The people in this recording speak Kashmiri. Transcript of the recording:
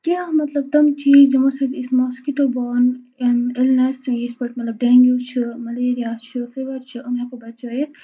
کیٛاہ مطلب تِم چیٖز یِمو سۭتۍ أسۍ ماسکِٹو بان اِن اِلنٮ۪س پٲٹھۍ مطلب ڈٮ۪نٛگوٗ چھُ مَلیٚرِیا چھُ فیٖوَر چھِ یِم ہٮ۪کو بَچٲیِتھ